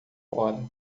fora